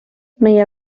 meie